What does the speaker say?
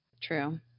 True